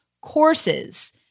courses